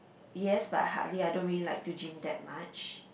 yes but hardly I don't really like to gym that much